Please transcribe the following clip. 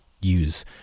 use